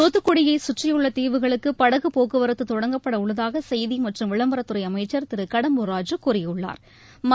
தூத்துக்குடியை சுற்றியுள்ள தீவுகளுக்கு படகுப் போக்குவரத்து தொடங்கப்பட உள்ளதாக செய்தி மற்றும் விளம்பரத்துறை அமைச்சா் திரு கடம்பூர் ராஜூ கூறியுள்ளாா்